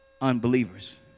unbelievers